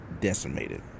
decimated